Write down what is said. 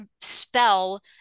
spell